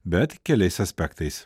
bet keliais aspektais